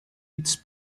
its